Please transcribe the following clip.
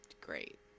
great